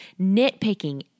nitpicking